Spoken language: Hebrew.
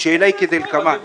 השאלה היא כדלקמן.